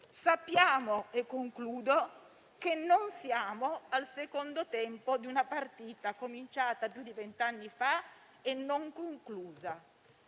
Sappiamo che non siamo al secondo tempo di una partita cominciata più di vent'anni fa e non conclusa: